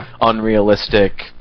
unrealistic